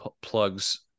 plugs –